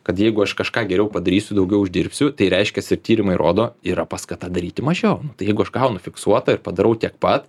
kad jeigu aš kažką geriau padarysiu daugiau uždirbsiu tai reiškias ir tyrimai rodo yra paskata daryti mažiau tai jeigu aš gaunu fiksuotą ir padarau tiek pat